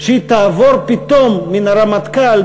שהיא תעבור פתאום מן הרמטכ"ל,